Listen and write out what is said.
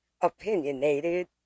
Opinionated